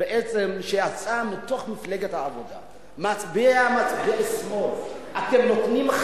יוצאת מפלגת העבודה, ואת מוכנה להיות